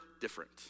different